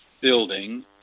building